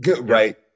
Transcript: right